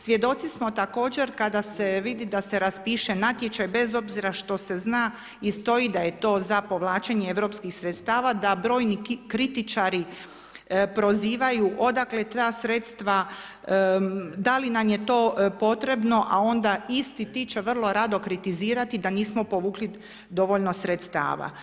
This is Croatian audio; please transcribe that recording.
Svjedoci smo također kada se vidi da se raspiše natječaj, bez obzira što se zna i stoji da je to za povlačenje europskih sredstava da brojni kritičari prozivaju odakle ta sredstva, da li nam je to potrebno, a onda isti ti će vrlo rado kritizirati da nismo povukli dovoljno sredstava.